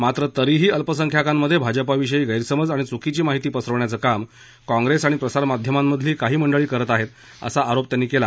मात्र तरीही अल्पसंख्याकांमध्ये भाजपा विषयी गैरसमज आणि चुकीची माहिती पसरवण्याचं काम काँग्रेस आणि प्रसारमाध्यमांमधली काही मंडळी करत आहेत असा आरोप त्यांनी केला